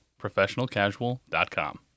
ProfessionalCasual.com